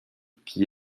qui